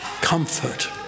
comfort